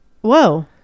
Whoa